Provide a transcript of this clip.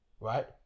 Right